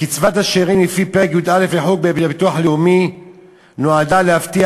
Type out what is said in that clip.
קצבת השאירים לפי פרק י"א לחוק ביטוח לאומי נועדה "להבטיח